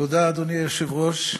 אדוני היושב-ראש,